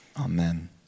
Amen